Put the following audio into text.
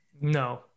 no